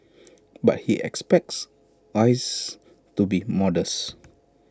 but he expects rises to be modest